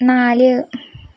നാല്